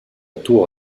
tour